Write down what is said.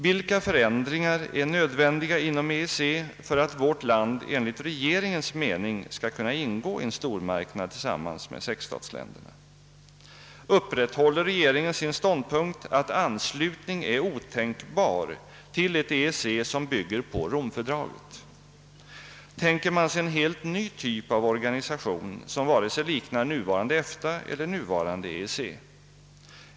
Vilka förändringar är nödvändiga inom EEC för att vårt land enligt regeringens mening skall kunna ingå i en stormarknad tillsammans med sexstatsländerna? Vidhåller regeringen sin ståndpunkt att anslutning till ett EEC som bygger på Romfördraget är otänkbar? Tänker man sig en helt ny typ av organisation som ej liknar vare sig nuvarande EFTA eller nuvarande EEC?